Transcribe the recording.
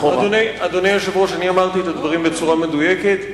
אדוני היושב-ראש, אמרתי את הדברים בצורה מדויקת.